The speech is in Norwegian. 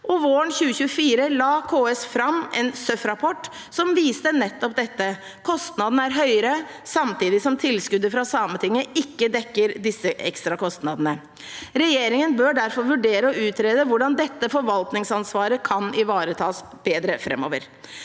Våren 2024 la KS fram en SØF-rapport som viste nettopp dette. Kostnadene er høyere, samtidig som tilskuddet fra Sametinget ikke dekker disse ekstra kostnadene. Regjeringen bør derfor vurdere å utrede hvordan dette forvaltningsansvaret kan ivaretas bedre framover.